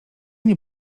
nie